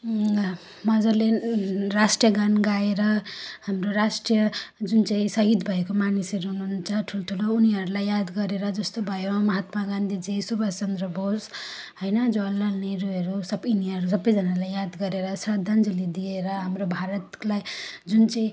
मजाले राष्ट्रिय गान गाएर हाम्रो राष्ट्रिय जुन चाहिँ सहिद भएको मानिसहरू हुनुहुन्छ ठुल्ठुलो उनीहरूलाई याद गरेर जस्तो भयो महात्मा गान्धीजी सुभाषचन्द्र बोस होइन जवाहरलाल नेहरूहरू सबै यिनीहरू सबैजनालाई याद गरेर श्रद्धान्जली दिएर हाम्रो भारतलाई जुन चाहिँ